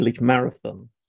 marathon